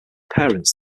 parents